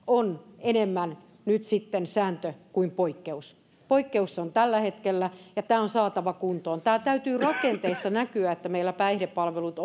on enemmän nyt sitten sääntö kuin poikkeus poikkeus se on tällä hetkellä ja tämä on saatava kuntoon tämän täytyy rakenteissa näkyä että meillä päihdepalvelut